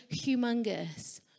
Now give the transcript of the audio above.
humongous